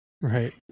Right